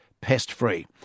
pest-free